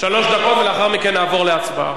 שלוש דקות, ולאחר מכן נעבור להצבעה.